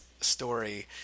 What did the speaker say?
story